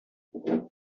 momentan